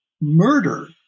murder